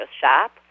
shop